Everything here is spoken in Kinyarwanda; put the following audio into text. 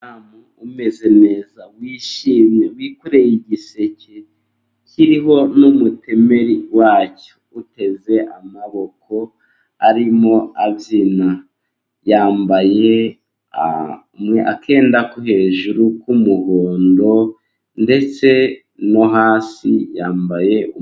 Umudamu umeze neza ,wishimye, wikoreye igiseke kiriho n'umutemeri wacyo, uteze amaboko, arimo abyina, yambaye akenda ko hejuru k'umuhondo, ndetse no hasi yambaye....